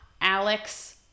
Alex